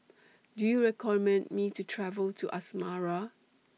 Do YOU recommend Me to travel to Asmara